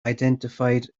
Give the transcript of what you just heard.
identified